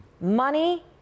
Money